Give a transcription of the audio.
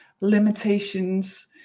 limitations